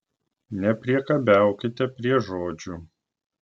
nepriekabiaukite prie žodžių